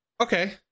okay